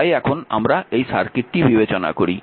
তাই এখন আমরা এই সার্কিটটি বিবেচনা করি